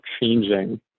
changing